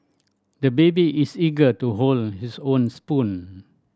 the baby is eager to hold his own spoon